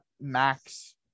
max